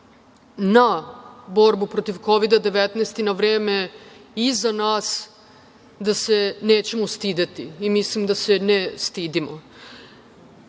na borbu protiv Kovida – 19 i na vreme iza nas se nećemo stideti i mislim da se ne stidimo. Da